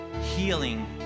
healing